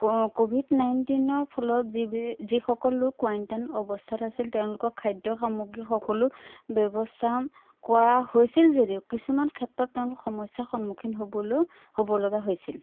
Covid নাইণ্টিনৰ ফলত যি যিসকলো কুৱাৰণ্টাইন অৱস্থাত আছিল তেওঁলোকক খাদ্য সামগ্ৰী সকলো ব্যৱস্থা কৰা হৈছিল যদিও কিছুমান ক্ষেত্ৰত তেওঁলোক সমস্যাৰ সন্মুখীন হ'বলৈ হ'ব লগা হৈছিল